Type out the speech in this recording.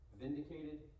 vindicated